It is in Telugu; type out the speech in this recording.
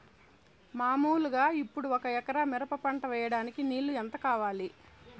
మామూలుగా ఇప్పుడు ఒక ఎకరా మిరప పంట వేయడానికి నీళ్లు ఎంత కావాలి?